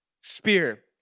spear